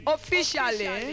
Officially